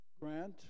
Grant